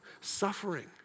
Suffering